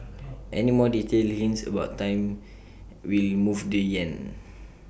any more detailed hints about timing will move the Yen